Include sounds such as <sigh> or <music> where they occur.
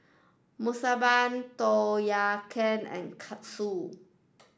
Monsunabe Tom <unintelligible> Kha and Katsudon